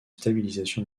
stabilisation